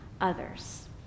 others